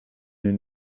een